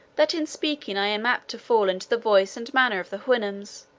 that in speaking i am apt to fall into the voice and manner of the houyhnhnms,